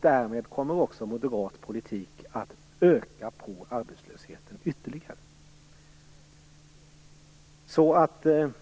Därmed kommer också moderat politik att öka arbetslösheten ytterligare.